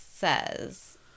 says